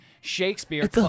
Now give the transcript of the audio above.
Shakespeare